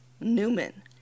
Newman